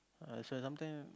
ah so sometime